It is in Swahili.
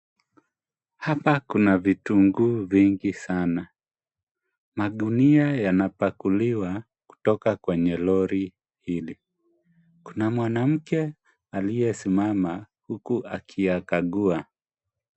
Hapa kuna vitunguu vingi sana ,magunia yanapakuliwa kutoka kwenye lori hili ,kuna mwanamke aliyesimama huku akiyakagua.